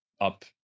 up